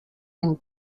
and